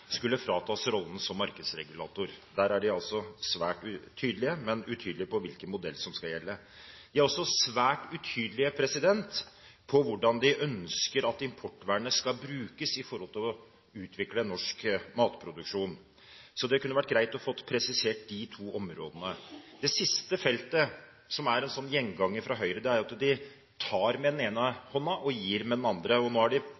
skulle fratas rollen som markedsregulator. Der er de svært tydelige, men utydelige på hvilken modell som skal gjelde. De er også svært utydelige på hvordan de ønsker at importvernet skal brukes når det gjelder det å utvikle norsk matproduksjon. Det kunne vært greit å få presisert de to områdene. Det siste feltet – som er en gjenganger fra Høyre – er at de tar med den ene hånden og gir med den andre. Nå framhever de